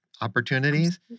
opportunities